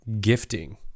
gifting